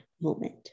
moment